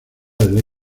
del